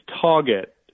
target